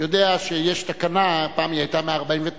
יודע שיש תקנה, פעם היא היתה 149,